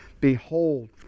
Behold